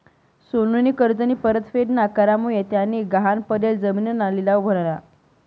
सोनूनी कर्जनी परतफेड ना करामुये त्यानी गहाण पडेल जिमीनना लिलाव व्हयना